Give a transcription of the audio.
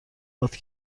وقتی